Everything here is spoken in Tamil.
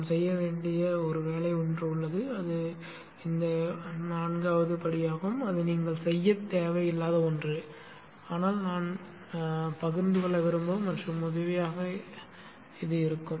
நாம் செய்ய வேண்டிய கடைசி வேலை ஒன்று உள்ளது அது நான்காவது படியாகும் அது நீங்கள் செய்யத் தேவையில்லாத ஒன்று ஆனால் நான் பகிர்ந்து கொள்ள விரும்புகிறேன் மற்றும் உதவியாக இருக்கும்